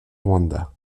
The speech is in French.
rwanda